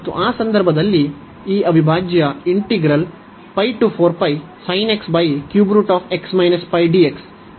ಮತ್ತು ಆ ಸಂದರ್ಭದಲ್ಲಿ ಈ ಅವಿಭಾಜ್ಯ ಇದರ ಮೇಲೆ ಸಂಪೂರ್ಣವಾಗಿ ಒಮ್ಮುಖವಾಗುತ್ತದೆ